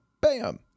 bam